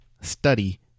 study